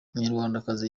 umunyarwandakazi